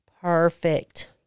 perfect